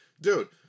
dude